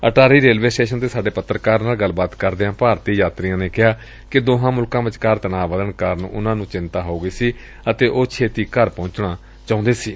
Attari railway station ਤੇ ਸਾਡੇ ਪੱਤਰਕਾਰ ਨਾਲ ਗੱਲਬਾਤ ਕਰਦਿਆਂ ਭਾਰਤੀ ਯਾਤਰੀਆਂ ਨੇ ਕਿਹਾ ਕਿ ਦੋਹਾਂ ਮੁਲਕਾਂ ਵਿਚਕਾਰ ਤਣਾਅ ਵਧਣ ਕਾਰਨ ਉਨ੍ਹਾਂ ਨ੍ਹੰ ਚਿੰਡਾ ਹੋ ਗਈ ਸੀ ਅਤੇ ਉਹ ਛੇਡੀ ਘਰ ਪਹੁੰਚਣਾ ਚਾਹੁੰਦੇ ਸਨ